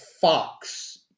Fox